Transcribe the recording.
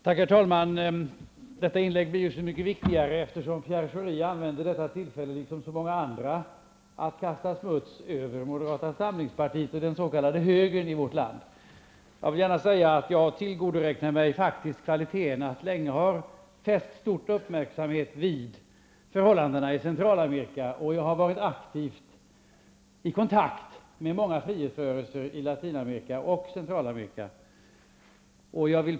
Herr talman! Detta inlägg blir så mycket viktigare som Pierre Schori använde det här tillfället, liksom så många andra, till att kasta smuts på moderata samlingspartiet och den s.k. högern i vårt land. Jag vill gärna säga att jag faktiskt tillgodoräknar mig kvaliteten att länge ha fäst stor uppmärksamhet vid förhållandena i Centralamerika. Jag har aktivt varit i kontakt med många frihetsrörelser i Latinamerika och Centralamerika.